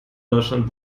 deutschland